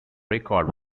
record